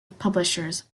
publishers